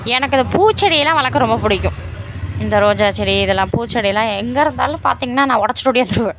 எனக்கு இந்த பூச்செடியெல்லாம் வளர்க்க ரொம்ப பிடிக்கும் இந்த ரோஜா செடி இதெல்லாம் பூச்செடிலாம் எங்கே இருந்தாலும் பார்த்தீங்கன்னா நான் ஒடைச்சிட்டு ஓடியாந்துடுவேன்